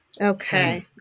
Okay